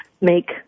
make